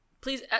Please